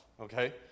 okay